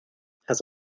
has